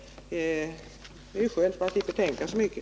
Det är ju skönt — man behöver inte tänka så mycket.